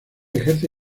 ejerce